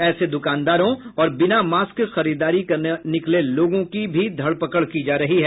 ऐसे दुकानदारों और बिना मास्क खरीदारी करने निकले लोगों की भी धर पकड़ की जा रही है